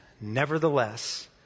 Nevertheless